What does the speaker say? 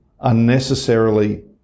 unnecessarily